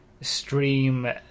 stream